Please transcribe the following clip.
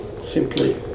simply